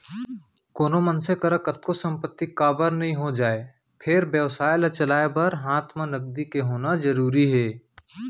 कोनो मनसे करा कतको संपत्ति काबर नइ हो जाय फेर बेवसाय ल चलाय बर हात म नगदी के होना जरुरी हे